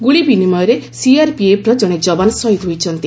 ଗୁଳିବିନିମୟରେ ସିଆର୍ପିଏଫ୍ର ଜଣେ ଜବାନ ସହିଦ ହୋଇଛନ୍ତି